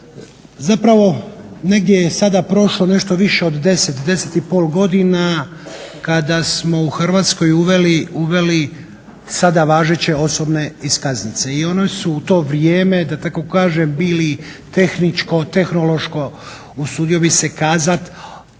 Zapravo negdje je sada prošlo nešto više od 10, 10,5 godina otkada smo u Hrvatskoj uveli sada važeće osobne iskaznice i one su u to vrijeme da tako kažem bili tehničko, tehnološko usudio bih se kazati